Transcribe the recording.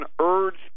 urged